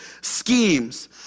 schemes